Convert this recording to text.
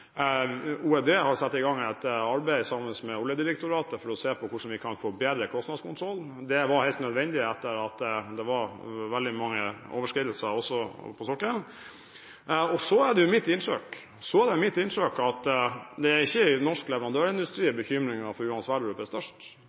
sammen med Oljedirektoratet satt i gang et arbeid for å se på hvordan vi kan forbedre kostnadskontrollen. Det var helt nødvendig etter at det var veldig mange overskridelser også på sokkelen. Så er det mitt inntrykk at det ikke er i norsk leverandørindustri bekymringen for Johan Sverdrup-feltet er størst,